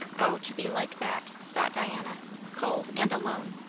o to be like that thought diana cold and alone!